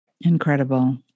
Incredible